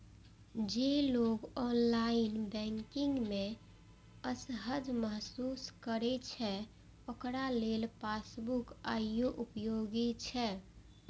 जे लोग online banking मे असहज महसूस करै छै, ओकरा लेल पासबुक आइयो उपयोगी छै